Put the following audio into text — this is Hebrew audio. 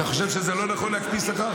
אתה חושב שזה לא נכון להקפיא שכר?